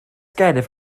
gennyf